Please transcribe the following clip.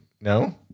No